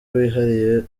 wihariye